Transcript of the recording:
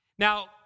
Now